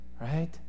right